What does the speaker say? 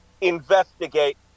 Investigate